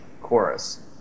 chorus